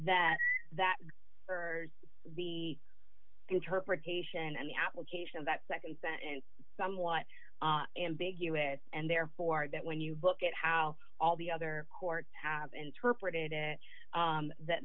that that for the interpretation and the application of that nd sentence somewhat ambiguous and therefore that when you look at how all the other courts have interpreted it that